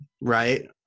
right